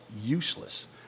useless